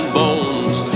bones